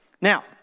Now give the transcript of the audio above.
Now